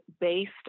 based